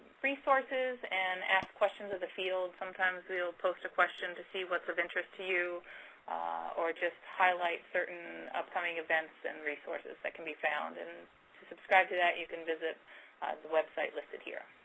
resources and ask questions of the field. sometimes we will post a question to see what is so of interest to you or just highlight certain upcoming events and resources that can be found. and to subscribe to that you can visit the website listed here.